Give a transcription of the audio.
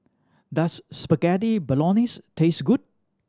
does Spaghetti Bolognese taste good